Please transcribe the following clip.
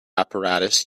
apparatus